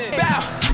bow